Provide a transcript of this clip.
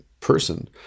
person